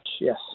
yes